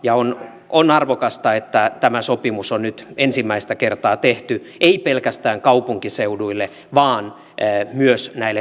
ja on arvokasta että tämä sopimus on nyt ensimmäistä kertaa tehty ei pelkästään kaupunkiseuduille vaan myös näille kasvukäytäville